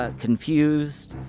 ah confused,